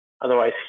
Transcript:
Otherwise